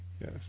Yes